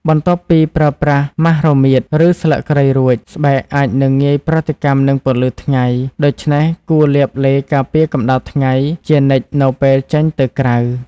បន្ទាប់ពីប្រើប្រាស់ម៉ាសរមៀត ឬស្លឹកគ្រៃរួច ស្បែកអាចនឹងងាយប្រតិកម្មនឹងពន្លឺថ្ងៃ ដូច្នេះគួរលាបឡេការពារកម្ដៅថ្ងៃជានិច្ចនៅពេលចេញទៅក្រៅ។